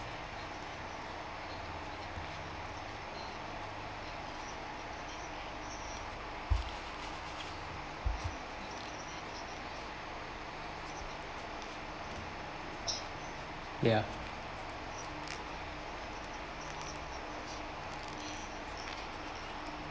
ya